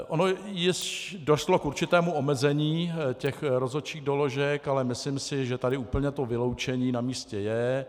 Ono došlo k určitému omezení těch rozhodčích doložek, ale myslím si, že tady úplně to vyloučení namístě je.